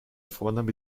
vorname